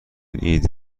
ایده